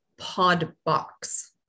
PodBox